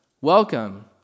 Welcome